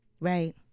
Right